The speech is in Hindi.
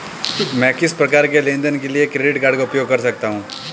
मैं किस प्रकार के लेनदेन के लिए क्रेडिट कार्ड का उपयोग कर सकता हूं?